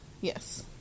Yes